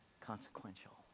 consequential